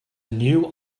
new